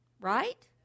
Right